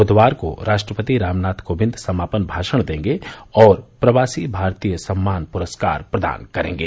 ब्धवार को राष्ट्रपति रामनाथ कोविंद समापन भाषण देंगे और प्रवासी भारतीय सम्मान प्रस्कार प्रदान करेंगे